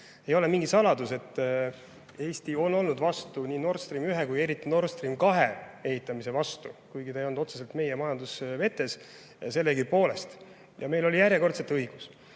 Ei ole mingi saladus, et Eesti on olnud vastu nii Nord Stream 1 kui ka eriti Nord Stream 2 ehitamise vastu, kuigi ta ei olnud otseselt meie majandusvetes, aga sellegipoolest. Ja meil oli järjekordselt õigus.